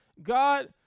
God